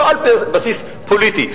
לא על בסיס פוליטי.